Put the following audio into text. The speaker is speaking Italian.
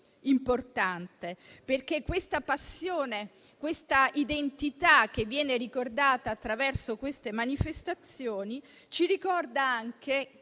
importante perché la passione, l'identità che viene ricordata attraverso dette manifestazioni ci ricorda anche